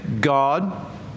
God